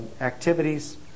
activities